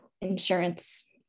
Insurance